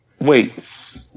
Wait